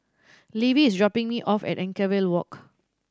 Levie is dropping me off at Anchorvale Walk